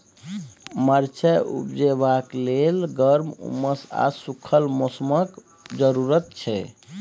मरचाइ उपजेबाक लेल गर्म, उम्मस आ सुखल मौसमक जरुरत छै